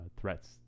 threats